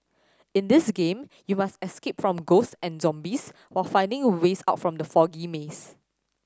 in this game you must escape from ghost and zombies while finding a ways out from the foggy maze